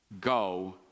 go